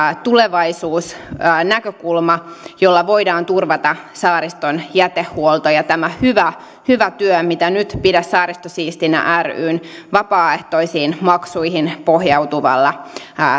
tulevaisuusnäkökulma jolla voidaan turvata saariston jätehuolto ja tämä hyvä hyvä työ mitä nyt pidä saaristo siistinä ryn vapaaehtoisiin maksuihin pohjautuvalla